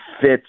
fits